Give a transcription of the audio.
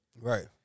Right